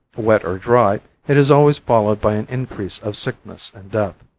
wet or dry, it is always followed by an increase of sickness and death.